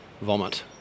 vomit